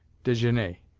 desgenais.